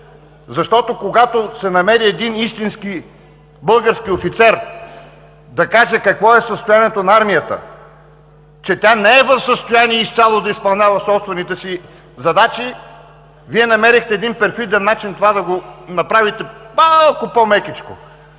Защото, когато се намери един истински български офицер да каже какво е състоянието на армията, че тя не е в състояние изцяло да изпълнява собствените си задачи, Вие намерихте един перфиден начин това да го направите малко по-мекичко,